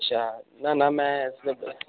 अच्छा ना ना मैं